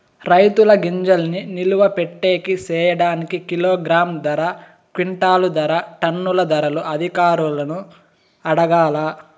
రైతుల గింజల్ని నిలువ పెట్టేకి సేయడానికి కిలోగ్రామ్ ధర, క్వింటాలు ధర, టన్నుల ధరలు అధికారులను అడగాలా?